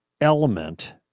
element